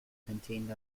contained